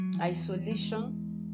isolation